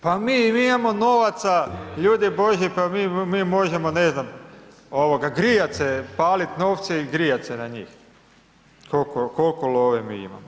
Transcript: Pa mi imamo novaca, ljudi božji, pa mi možemo, ne znam, grijati se paliti novce i grijati se na njih koliko love mi imamo.